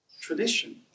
tradition